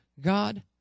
God